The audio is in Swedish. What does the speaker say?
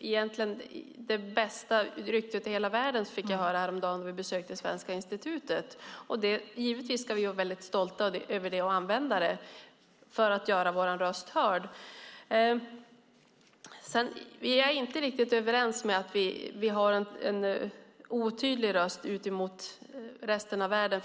egentligen det bästa ryktet i hela världen, fick jag höra häromdagen när vi besökte Svenska institutet. Givetvis ska vi vara väldigt stolta över det och använda det för att göra vår röst hörd. Jag håller inte riktigt med om att vi har en otydlig röst gentemot resten av världen.